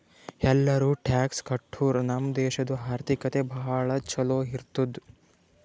ಎಲ್ಲಾರೂ ಟ್ಯಾಕ್ಸ್ ಕಟ್ಟುರ್ ನಮ್ ದೇಶಾದು ಆರ್ಥಿಕತೆ ಭಾಳ ಛಲೋ ಇರ್ತುದ್